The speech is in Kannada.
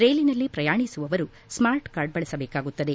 ರೈಲಿನಲ್ಲಿ ಪ್ರಯಾಣಿಸುವವರು ಸ್ಮಾರ್ಟ್ ಕಾರ್ಡ್ ಬಳಸಬೇಕಾಗುತ್ತದೆ